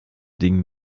ding